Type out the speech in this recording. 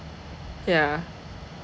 yeah